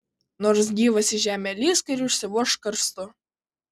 nors gyvas į žemę lįsk ir užsivožk karstu